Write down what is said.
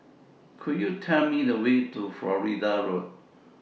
Could YOU Tell Me The Way to Florida Road